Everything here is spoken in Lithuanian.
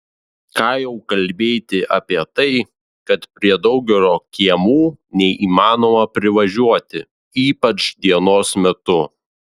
ką jau kalbėti apie tai kad prie daugelio kiemų neįmanoma privažiuoti ypač dienos metu